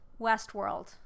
Westworld